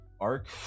Arc